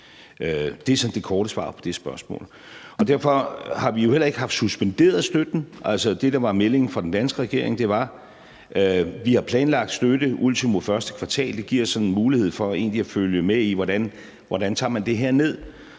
Det er sådan det korte svar på det spørgsmål, og derfor har vi jo heller ikke haft suspenderet støtten. Det, der var meldingen fra den danske regering, var, at vi har planlagt støtte ultimo første kvartal, og det giver os så en mulighed for egentlig at følge med i, hvordan man tager det her ned,